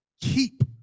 keep